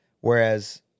Whereas